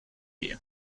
view